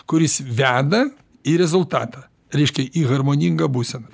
kuris veda į rezultatą reiškia į harmoningą būseną